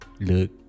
look